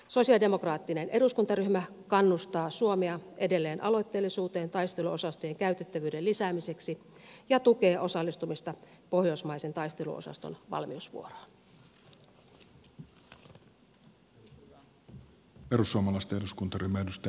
sosialidemokraattinen eduskuntaryhmä kannustaa suomea edelleen aloitteellisuuteen taisteluosastojen käytettävyyden lisäämiseksi ja tukee osallistumista pohjoismaisen taisteluosaston valmiusvuoroon